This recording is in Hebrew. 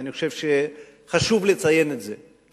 ואני חושב שחשוב לציין את זה,